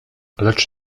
lecz